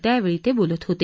त्यावेळी ते बोलत होते